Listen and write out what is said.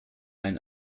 ein